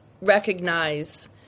recognize